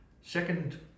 Second